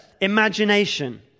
imagination